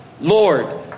Lord